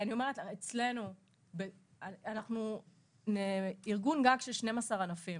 אצלנו אנחנו ארגון גג של 12 ענפים.